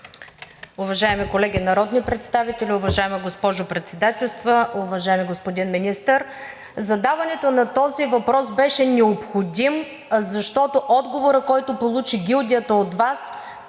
Уважаеми колеги народни представители, уважаема госпожо Председателстваща! Уважаеми господин Министър, задаването на този въпрос беше необходимо, защото отговорът, който получи гилдията от Вас